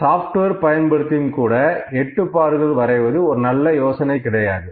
software பயன்படுத்தியும் கூட 8 பார்கள் வரைவது ஒரு நல்ல யோசனை கிடையாது